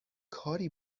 کاری